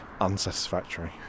unsatisfactory